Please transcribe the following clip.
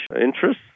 interests